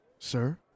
Sir